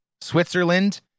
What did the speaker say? Switzerland